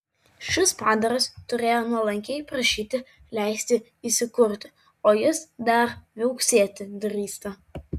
šis padaras turėjo nuolankiai prašyti leisti įsikurti o jis dar viauksėti drįsta